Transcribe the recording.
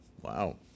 Wow